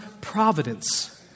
providence